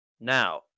Now